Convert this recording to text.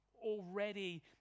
already